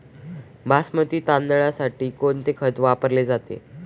बासमती तांदळासाठी कोणते खत वापरले जाते?